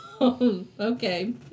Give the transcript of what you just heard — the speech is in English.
Okay